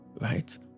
right